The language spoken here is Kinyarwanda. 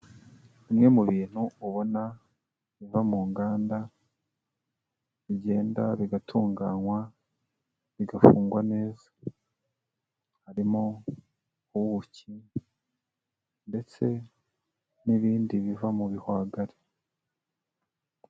Bimwe mu bintu ubona biva mu nganda bigenda bigatunganywa bigafungwa neza, harimo ubuki ndetse n'ibindi biva mu bihwagari.